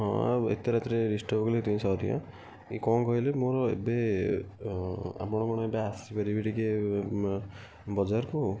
ହଁ ଆଉ ଏତେ ରାତିରେ ଡିଷ୍ଟର୍ବ କଲି ସେଥିପାଇଁ ସରି ହାଁ ଏ କ'ଣ କହିଲେ ମୋର ଏବେ ଆପଣ କ'ଣ ଏବେ ଆସିପାରିବେ ଟିକେ ବଜାରକୁ